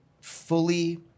fully